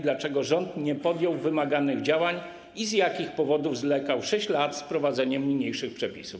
Dlaczego rząd nie podjął wymaganych działań i z jakich powodów zwlekał 6 lat z wprowadzeniem niniejszych przepisów?